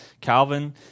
Calvin